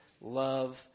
love